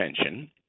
attention